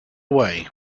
way